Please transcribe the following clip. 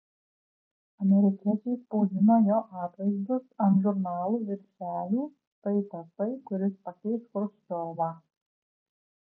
amerikiečiai spausdino jo atvaizdus ant žurnalų viršelių štai tasai kuris pakeis chruščiovą